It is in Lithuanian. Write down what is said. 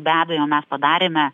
be abejo mes padarėme